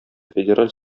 федераль